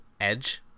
edge